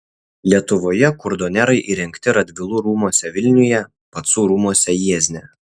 lietuvoje kurdonerai įrengti radvilų rūmuose vilniuje pacų rūmuose jiezne